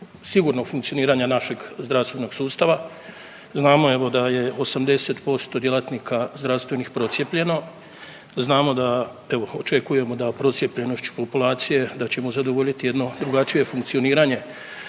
sigurnog funkcioniranja našeg zdravstvenog sustava. Znamo evo da je 80% djelatnika zdravstvenih procijepljeno znamo da evo očekujemo da o procijepljenošću populacije da ćemo zadovoljiti jedno drugačije funkcioniranje